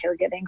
caregiving